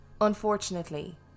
Unfortunately